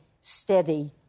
steady